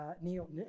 Neil